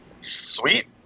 Sweet